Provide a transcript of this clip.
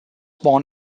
born